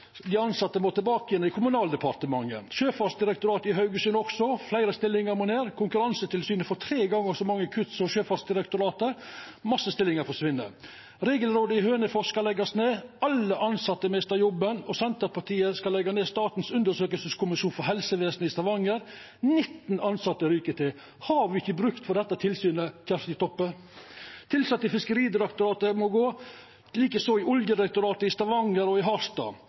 Dei tilsette må tilbake til Kommunaldepartementet. Det gjeld også Sjøfartsdirektoratet i Haugesund – fleire stillingar må fjernast. Konkurransetilsynet får tre gonger så mange kutt som Sjøfartsdirektoratet. Ein masse stillingar forsvinn. Regelrådet i Hønefoss skal leggjast ned, alle tilsette mistar jobben. Senterpartiet skal leggja ned Statens undersøkingskommisjon for helsevesenet i Stavanger – 19 tilsette ryk ut. Til Kjersti Toppe: Har me ikkje bruk for dette tilsynet? Tilsette i Fiskeridirektoratet må gå, det same i Oljedirektoratet i Stavanger og i